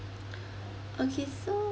okay so